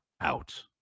out